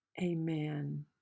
Amen